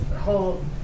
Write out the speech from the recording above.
whole